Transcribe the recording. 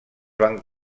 van